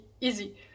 easy